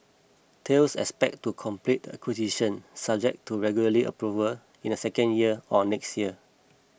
Thales expects to complete the acquisition subject to regulatory approval in the second year on next year